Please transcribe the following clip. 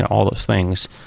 and all those things,